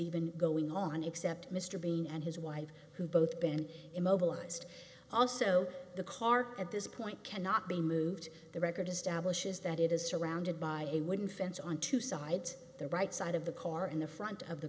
even going on except mr bean and his wife who both been immobilised also the car at this point cannot be moved the record establishes that it is surrounded by a wooden fence on two sides the right side of the car in the front of the